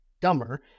dumber